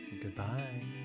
goodbye